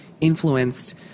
influenced